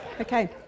Okay